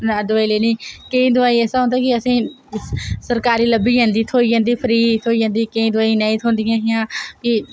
दवाई लेने गी केईं दवाई ऐसा होंदा कि असेंगी सरकारी लब्भी जंदी थ्होई जंदी फ्री थ्होई जंदी केईं दवइयां नेईं थ्होंदियां हियां फ्ही